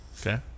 okay